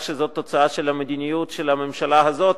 שזאת תוצאה של המדיניות של הממשלה הזאת.